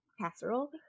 casserole